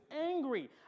angry